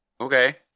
Okay